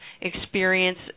experience